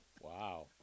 Wow